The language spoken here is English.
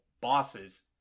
bosses